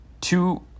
two